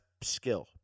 skill